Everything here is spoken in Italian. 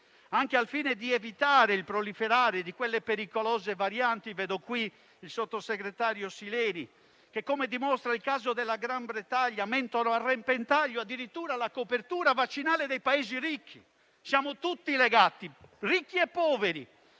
anche al fine di evitare il proliferare di quelle pericolose varianti (vedo qui il sottosegretario Sileri), che, come dimostra il caso del Regno Unito, mettono a repentaglio addirittura la copertura vaccinale dei Paesi ricchi. Siamo tutti legati, ricchi e poveri,